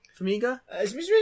Famiga